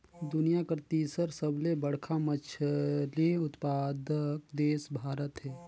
दुनिया कर तीसर सबले बड़खा मछली उत्पादक देश भारत हे